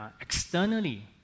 externally